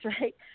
right